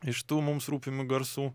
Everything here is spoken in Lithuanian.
iš tų mums rūpimų garsų